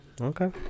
Okay